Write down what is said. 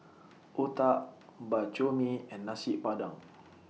Otah Bak Chor Mee and Nasi Padang